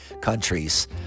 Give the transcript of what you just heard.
countries